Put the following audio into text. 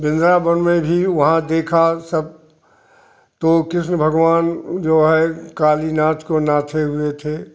वृंदावन में भी वहाँ देखा सब तो कृष्ण भगवान जो आए काली नाच को नाचे हुए थे